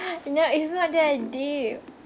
no it's not that deep